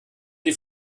die